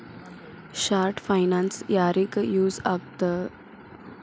short finance ಯಾರಿಗ use ಆಗತ್ತಾ